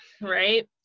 right